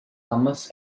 hummus